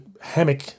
hammock